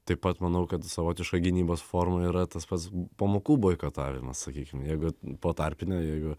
taip pat manau kad savotiška gynybos forma yra tas pats pamokų boikotavimas sakykim jeigu po tarpinio jeigu